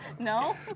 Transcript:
No